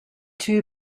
too